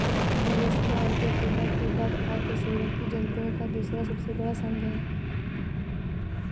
Mollusca Arthropoda के बाद अकशेरुकी जंतुओं का दूसरा सबसे बड़ा संघ है